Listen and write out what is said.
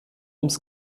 ums